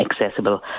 accessible